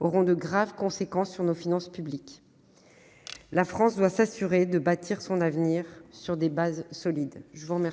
auront de graves conséquences sur nos finances publiques. La France doit s'assurer de bâtir son avenir sur des bases solides. La parole